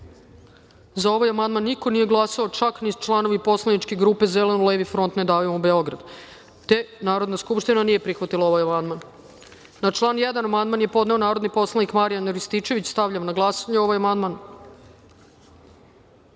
za ovaj amandman niko nije glasao, čak ni članovi Poslaničke grupe Zeleno-levi front – Ne davimo Beograd. Narodna skupština nije prihvatila ovaj amandman. Na član 1. amandman je podneo narodni poslanik Marijan Rističević. Stavljam na glasanje ovaj